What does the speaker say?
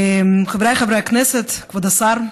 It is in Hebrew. חבריי חברי הכנסת, כבוד השר,